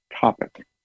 topic